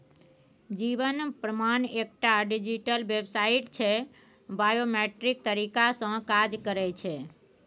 जीबन प्रमाण एकटा डिजीटल बेबसाइट छै बायोमेट्रिक तरीका सँ काज करय छै